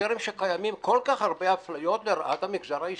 כשקיימות כל כך הרבה אפליות לרעת המגזר העסקי,